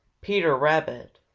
peter rabbit,